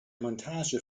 montage